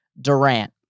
Durant